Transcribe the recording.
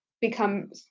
become